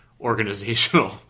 organizational